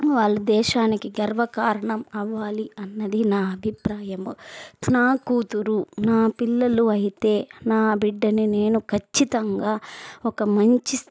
వాళ్ళు దేశానికి గర్వకారణం అవ్వాలి అన్నది నా అభిప్రాయం నా కూతురు నా పిల్లలు అయితే నా బిడ్డని నేను ఖచ్చితంగా ఒక మంచి